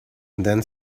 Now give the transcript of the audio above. then